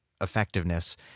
effectiveness